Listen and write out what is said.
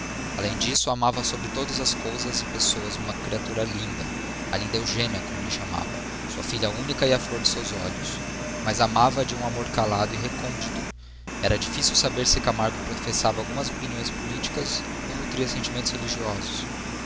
além disso amava sobre todas as coisas e pessoas uma criatura linda a linda eugênia como lhe chamava sua filha única e a flor de seus olhos mas amava-a de um amor calado e recôndito era difícil saber se camargo professava algumas opiniões políticas ou nutria sentimentos religiosos